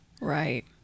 Right